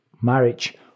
marriage